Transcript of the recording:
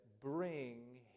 bring